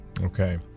Okay